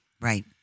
Right